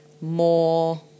more